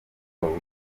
babura